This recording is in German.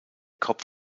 kopf